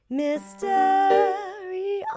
mystery